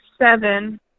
seven